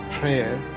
prayer